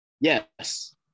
Yes